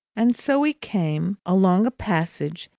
and so we came, along a passage,